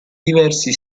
diversi